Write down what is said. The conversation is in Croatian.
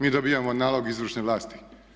Mi dobijamo nalog izvršne vlasti.